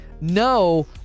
No